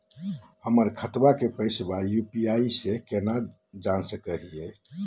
हमर खतवा के पैसवा यू.पी.आई स केना जानहु हो?